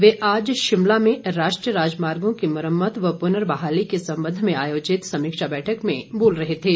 वे आज शिमला में राष्ट्रीय राजमार्गो की मुरम्मत व पुनर्बहाली के संबंध में आयोजित समीक्षा बैठक में बोल रहे थे